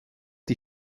die